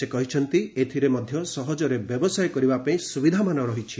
ସେ କହିଛନ୍ତି ଏଥିରେ ମଧ୍ୟ ସହଜରେ ବ୍ୟବସାୟ କରିବା ପାଇଁ ସୁବିଧାମାନ ରହିଛି